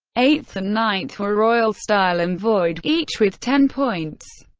eighth and ninth were royal style and void, each with ten points.